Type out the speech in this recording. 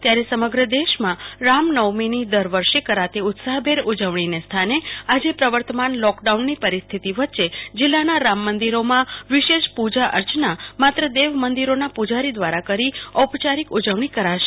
ત્યારે સમગ્ર દેશમાં રામનવમીની દર વર્ષે કરતી ઉત્સાફ ભેર ઉજવણી ને સ્થાને આજે પ્રવર્તમાન લોકડાઉનની પરિસ્થિતિ વચ્ચે જીલ્લાના રામ મંદિરીમાં વિશેષ પૂજા અર્ચના માત્ર દેવ મંદિરોના પુજારી દ્વારા કરી ઔપચારિક ઉજવણી કરશે